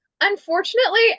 Unfortunately